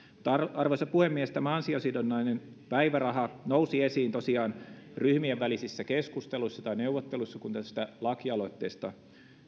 arvoisa puhemies tämä ansiosidonnainen päiväraha nousi tosiaan esiin ryhmien välisissä keskusteluissa tai neuvotteluissa kun lakialoitteesta